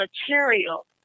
material